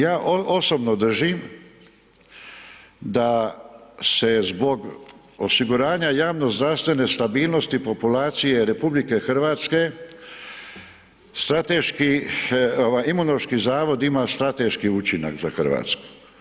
Ja osobno držim da se zbog osiguranja javnozdravstvene stabilnosti populacije RH strateški, ovaj, Imunološki zavod ima strateški učinak za RH.